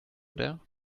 there